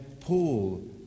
Paul